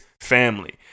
family